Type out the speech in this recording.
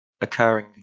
Occurring